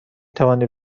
توانی